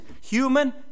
Human